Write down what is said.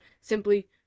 simply